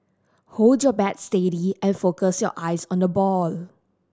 hold your bat steady and focus your eyes on the ball